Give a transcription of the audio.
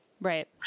Right